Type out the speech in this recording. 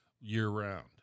year-round